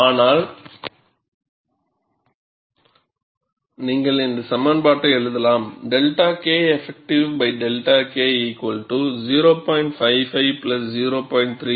ஆனால் நீங்கள் இந்த சமன்பாட்டை எழுதலாம் 𝜹 Keff 𝜹 K 0